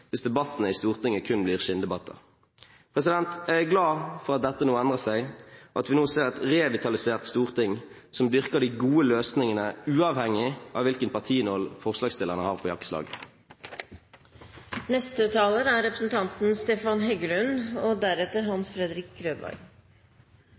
hvis debattene i Stortinget kun blir skinndebatter. Jeg er glad for at dette nå endrer seg, og at vi nå ser et revitalisert storting som virker for de gode løsningene uavhengig av hvilken partinål forslagsstillerne har på jakkeslaget. Det er ingenting i denne verden som kan tas for gitt. Det gjelder både for enkeltmennesker og